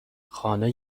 خانه